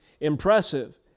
impressive